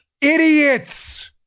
Idiots